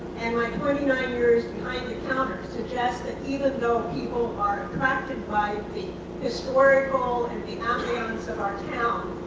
and my twenty nine years behind the counter suggest that even though people are attracted by the historical and the ambience of our town,